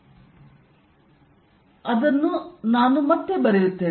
F114π0Qqx2a2432 ಅದನ್ನು ಮತ್ತೆ ಬರೆಯುತ್ತೇನೆ